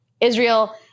Israel